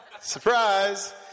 surprise